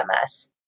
MS